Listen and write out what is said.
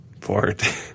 port